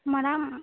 madam